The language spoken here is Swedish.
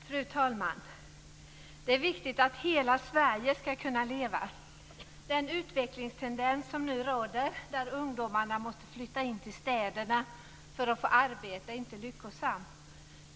Fru talman! Det är viktigt att hela Sverige skall kunna leva. Den utvecklingstendens som nu råder, där ungdomarna måste flytta in till städerna för att få arbete är inte lyckosam.